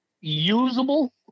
usable